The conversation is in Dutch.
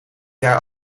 jaar